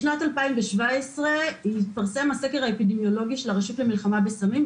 בשנת 2017 התפרסם הסקר האפידמיולוגי של הרשות למלחמה בסמים,